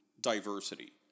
diversity